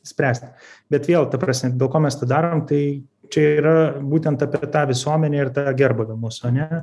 spręsti bet vėl ta prasme dėl ko mes tą darom tai čia yra būtent apie tą visuomenę ir tą gerbūvį mūsų ane